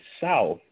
South